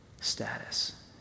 status